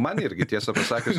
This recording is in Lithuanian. man irgi tiesa pasakius